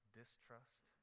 distrust